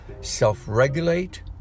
self-regulate